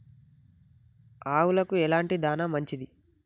ఆవులకు ఎలాంటి దాణా మంచిది?